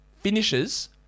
finishes